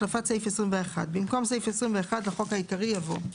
החלפת סעיף 21. במקום סעיף 21 לחוק העיקרי יבוא: